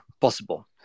possible